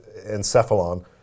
encephalon